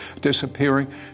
disappearing